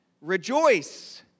rejoice